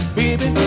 baby